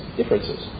differences